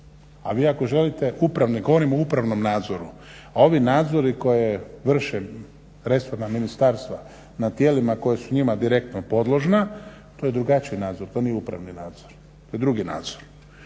a vi ako želite upravni, govorimo o upravnom nadzoru, ovi nadzori koje vrše resorna ministarstva na tijelima koja su njima direktno podložna, to je drugačiji nadzor, to nije upravni nadzor, to je drugi nadzor.